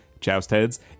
Joustheads